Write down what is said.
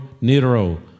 Nero